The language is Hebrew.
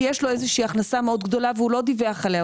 כי יש לו איזה שהיא הכנסה מאוד גדולה והוא לא דיווח עליה,